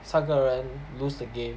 三个人 lose the game